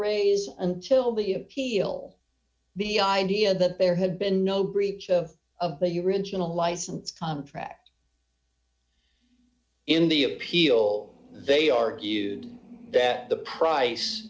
raise until the appeal be idea that there had been no breach of your original license contract in the appeal they argued that the price